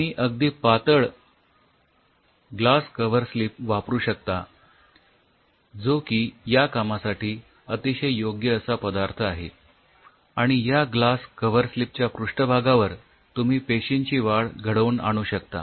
तुम्ही अगदी पातळ ग्लास कव्हरस्लीप वापरू शकता जो की या कामासाठी अतिशय योग्य असा पदार्थ आहे आणि या ग्लास कव्हरस्लीपच्या पृष्ठभागावर तुम्ही पेशीची वाढ घडवून आणू शकता